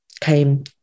came